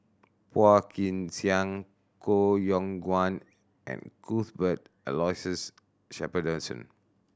Phua Kin Siang Koh Yong Guan and Cuthbert Aloysius Shepherdson